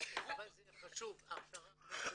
אבל זה חשוב, הכשרה, מצוין.